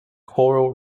coral